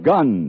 Gun